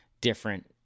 different